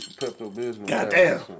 Goddamn